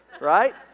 right